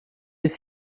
ist